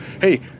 hey